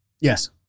Yes